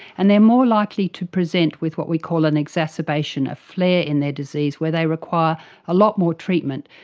and they're more likely to present with what we call an exacerbation, a flare in their disease where they require a lot more treatment,